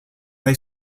they